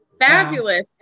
Fabulous